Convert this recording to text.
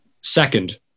second